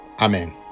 Amen